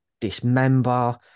dismember